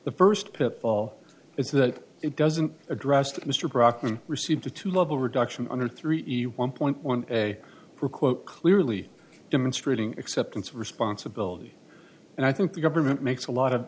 the first pitfall is that it doesn't address that mr brockman received a two level reduction under three e one point one a pro quo clearly demonstrating acceptance of responsibility and i think the government makes a lot of